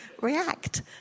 react